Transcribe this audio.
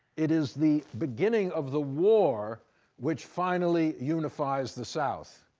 it is the beginning of the war which finally unifies the south,